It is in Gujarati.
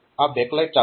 તો આપણે આમ કરી શકીએ